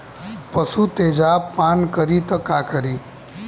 पशु तेजाब पान करी त का करी?